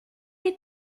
les